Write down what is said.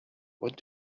what